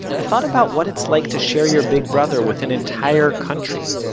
i thought about what it's like to share your big brother with an entire country.